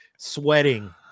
Sweating